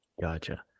Gotcha